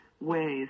ways